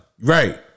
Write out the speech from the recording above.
Right